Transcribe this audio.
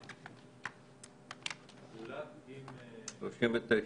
זולת --- 39(ו).